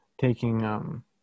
taking –